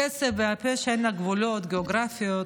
הכסף והפשע אין להם גבולות גיאוגרפיים,